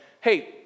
hey